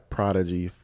Prodigy